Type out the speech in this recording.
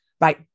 right